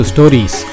Stories